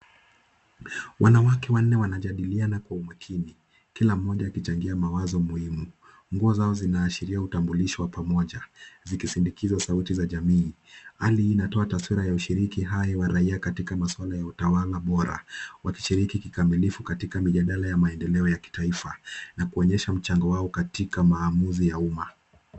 Wanawake wanne wanajadiliana kwa umakini, kila mmoja akichangia mawazo muhimu. Nguo zao zinaashiria utambulisho wa pamoja zikisindikiza sauti za jamii. Hali hii inatoa taswira ya ushiriki hai ya raia katika masuala ya utawala bora wakishiriki kikamilifu katika mijadala ya maendeleo ya kitaifa na kuonyesha mchango wao katika maamuzi ya umma.